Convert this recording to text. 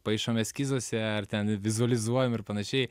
paišom eskizuose ar ten vizualizuojam ir panašiai